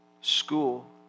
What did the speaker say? school